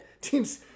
teams